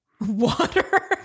Water